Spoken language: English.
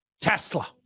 Tesla